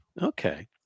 Okay